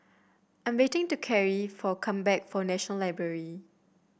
I'm waiting to Kerry for come back from National Library